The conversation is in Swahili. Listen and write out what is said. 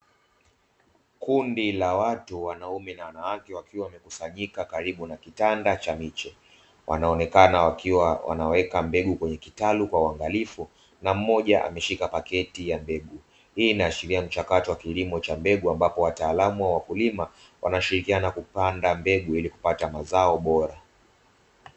Kundi la watu wanaume na wanawake wakiwa wamekusanyika karibu na kitanda cha miche, wanaonekana wakiwa wanaweka mbegu kwenye kitalu kwa uangalifu na mmoja ameshika mbegu, hii inaashiria mchakato wa kilimo cha mbegu ambapo mtaalamu wa wakulima wanashirikiana kupanda mbegu ili kupata mazao bora.